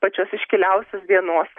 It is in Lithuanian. pačios iškiliausios dienos